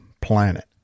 planet